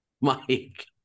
Mike